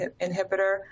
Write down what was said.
inhibitor